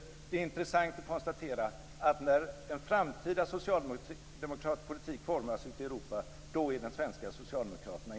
Det är intressant att konstatera att när framtida socialdemokratisk politik formas ute i Europa är de svenska